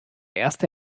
erste